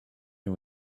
can